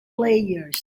layers